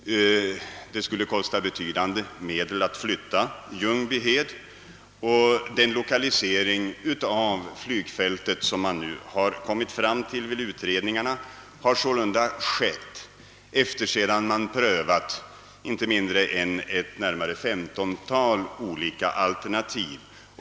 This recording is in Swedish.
Det skulle kosta betydande summor att flytta militärflygfältet. Den lokalisering av flygplatsen som man har nått fram till vid utredningarna har sålunda föreslagits sedan man prövat inte mindre än ett 15-tal olika alternativ.